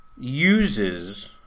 uses